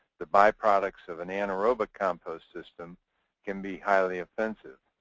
the by-products of an anaerobic compost system can be highly offensive,